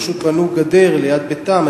פשוט בנו גדר ליד ביתם,